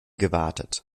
gewartet